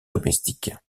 domestiques